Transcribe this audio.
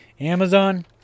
Amazon